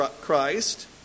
Christ